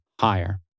higher